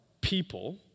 people